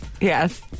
Yes